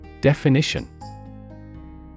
Definition